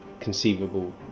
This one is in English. conceivable